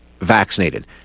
vaccinated